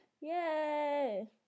Yay